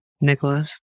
Nicholas